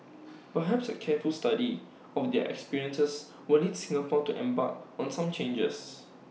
perhaps A careful study of their experiences will lead Singapore to embark on some changes